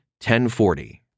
1040